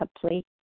complete